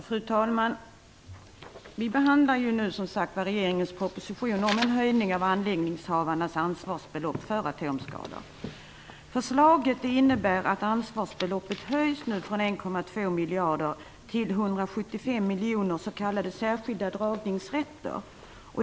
Fru talman! Vi har att nu behandla regeringens proposition om en höjning av anläggningsinnehavarnas ansvarsbelopp när det gäller atomskador. Förslaget innebär att ansvarsbeloppet höjs från 1, 2 miljarder kronor till 175 miljoner SDR, s.k. särskilda dragningsrätter.